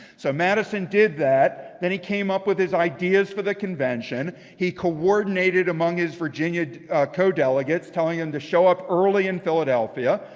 so madison did that. then he came up with his ideas for the convention. he coordinated among his virginia co-delegates telling them to show up early in philadelphia.